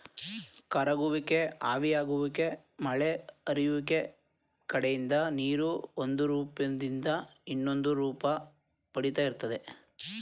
ಕರಗುವಿಕೆ ಆವಿಯಾಗುವಿಕೆ ಮಳೆ ಹರಿಯುವಿಕೆ ಕಡೆಯಿಂದ ನೀರು ಒಂದುರೂಪ್ದಿಂದ ಇನ್ನೊಂದುರೂಪ ಪಡಿತಾ ಇರ್ತದೆ